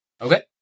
Okay